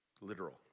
literal